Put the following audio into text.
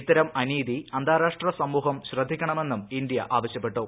ഇത്തരം അനീതി അന്താരാഷ്ട്ര സമൂഹം ശ്രദ്ധിക്കണമെന്നും ഇന്ത്യ ആവശ്യപ്പെട്ടു